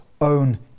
own